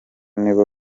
nibo